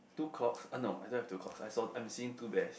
two clocks uh no I don't have two clocks I saw I'm seeing two bears